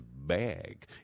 bag